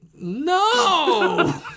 No